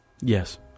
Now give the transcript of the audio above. Yes